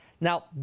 Now